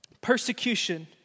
persecution